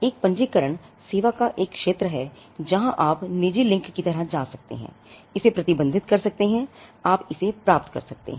एक पंजीकरण सेवा का एक क्षेत्र है जहां आप निजी लिंक की तरह जा सकते हैं इसे प्रबंधित कर सकते हैं आप इसे प्राप्त कर सकते हैं